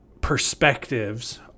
perspectives